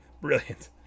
Brilliant